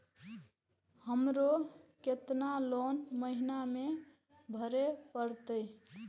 हमरो केतना लोन महीना में भरे परतें?